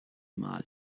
mal